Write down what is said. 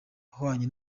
ahwanye